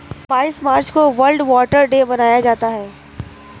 बाईस मार्च को वर्ल्ड वाटर डे मनाया जाता है